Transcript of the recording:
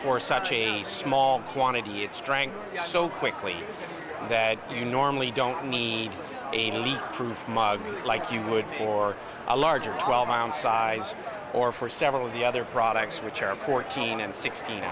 for such a small quantity it strength so quickly that you normally don't need a leak proof mug like you would or a larger twelve ounce size or for several of the other products which are fourteen and sixteen